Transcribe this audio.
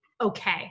okay